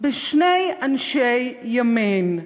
בשני אנשי ימין,